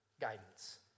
guidance